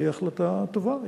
התקבלה, היא החלטה טובה.